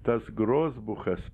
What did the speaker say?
tas grosbuchas